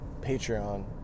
Patreon